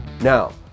Now